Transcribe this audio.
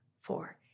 four